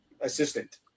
assistant